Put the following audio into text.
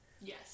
Yes